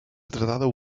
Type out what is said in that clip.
tratado